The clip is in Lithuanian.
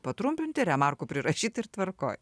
patrumpinti remarkų prirašyt ir tvarkoj